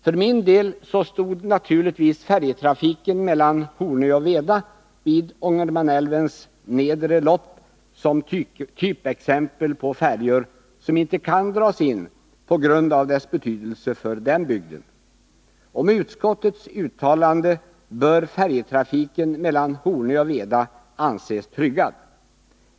För min del stod naturligtvis färjetrafiken mellan Hornö och Veda vid Ångermanälvens nedre lopp som typexempel på en färja som inte kan dras in på grund av dess betydelse för en bygd. Med utskottets uttalande bör färjetrafiken mellan Hornö och Veda anses tryggad.